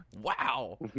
Wow